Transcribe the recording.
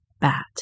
bat